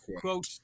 Quote